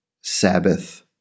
Sabbath